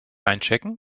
einchecken